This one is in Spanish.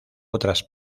otras